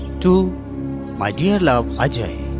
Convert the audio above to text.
to my dear love ajay.